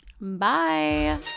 bye